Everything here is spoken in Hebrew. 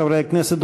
חברי הכנסת,